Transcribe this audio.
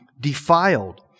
defiled